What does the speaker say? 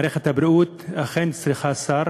מערכת הבריאות צריכה שר